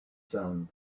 sun